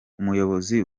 umuyobozi